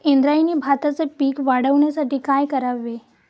इंद्रायणी भाताचे पीक वाढण्यासाठी काय करावे?